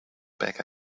back